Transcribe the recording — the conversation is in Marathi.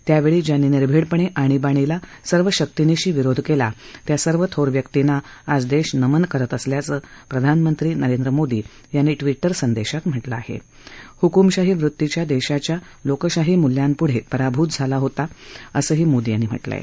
त्यावेळी ज्यांनी निर्भिडपणे आणीबाणीला सर्व शक्तीनिशी विरोध केला त्या सर्व थोर व्यक्तींना आज देश नमन करत असल्याचं प्रधानमंत्री नरेंद्र मोदी यांनी हुकुमशाही वृत्ती देशाच्या लोकशाही मुल्यांपुढं पराभूत झाला होता असंही मोदी यांनी म्हा कें आहे